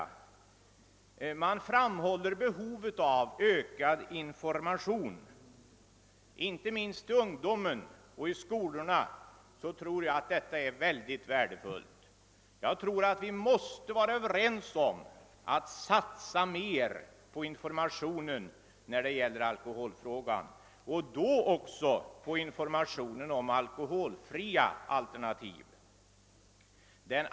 Utskottet framhåller behovet av information, inte minst i skolorna och till ungdomen i övrigt. Detta är mycket värdefullt. Vi måste vara överens om att satsa mer på informationen i alkoholfrågan. Denna information bör även innehålla upplysning om de alkoholfria alternativen.